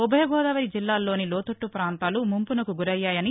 ఉభయ గోదావరి జిల్లాల్లోని లోతట్ల పాంతాలు ముంపునకు గురయ్యాయని